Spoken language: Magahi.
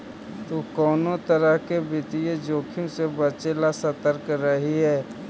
तु कउनो तरह के वित्तीय जोखिम से बचे ला सतर्क रहिये